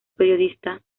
periodista